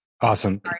Awesome